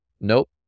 nope